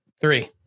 Three